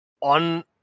on